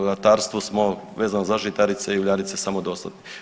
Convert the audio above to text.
ratarstvu smo vezano za žitarice i uljarice samodostatni.